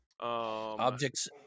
Objects